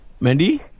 Mandy